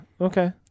Okay